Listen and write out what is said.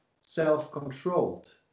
self-controlled